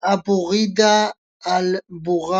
أبو ريدة البربرى